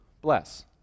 bless